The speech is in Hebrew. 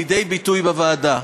לידי ביטוי בוועדה.